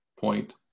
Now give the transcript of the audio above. point